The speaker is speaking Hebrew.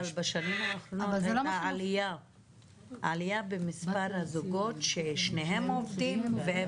אבל בשנים האחרונות הייתה עלייה במספר הזוגות ששניהם עובדים והם עניים.